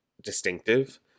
distinctive